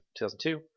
2002